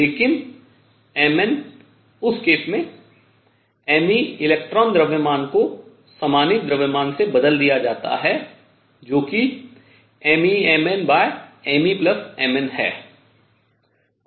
लेकिन Mn उस case में Me इलेक्ट्रॉन द्रव्यमान को समानीत द्रव्यमान से बदल दिया जाता है जो कि MeMnMeMn है